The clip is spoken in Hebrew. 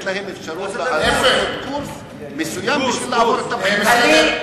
לתת להם אפשרות לעבור קורס מסוים בשביל לעבור את הבחינה.